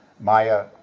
Maya